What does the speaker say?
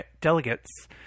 delegates